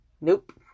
Nope